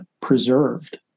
preserved